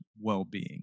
well-being